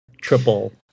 triple